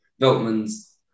Veltman's